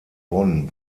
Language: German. bonn